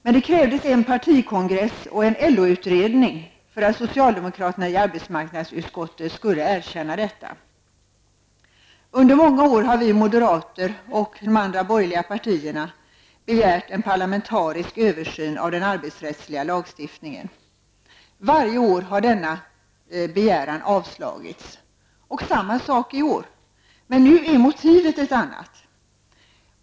Men det krävdes en partikongress och en LO-utredning för att socialdemokraterna i arbetsmarknadsutskottet skulle erkänna detta. Under många år har vi moderater och de andra borgerliga partierna begärt en parlamentarisk översyn av den arbetsrättsliga lagstiftningen. Varje år har denna begäran avslagits. Samma sak i år. Nu är emellertid motivet ett annat.